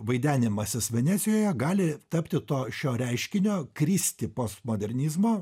vaidenimasis venecijoje gali tapti to šio reiškinio kristi postmodernizmo